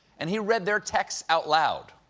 and he read their texts out loud.